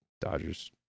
Dodgers